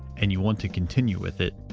and you want to continue with it,